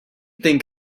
think